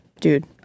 dude